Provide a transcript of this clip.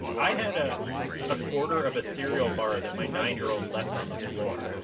i had ah a quarter of a cereal bar that my nine year old left on the floor.